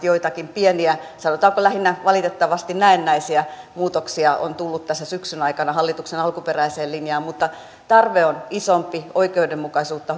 joitakin pieniä sanotaanko lähinnä valitettavasti näennäisiä muutoksia on tullut tässä syksyn aikana hallituksen alkuperäiseen linjaan mutta tarve on isompi oikeudenmukaisuutta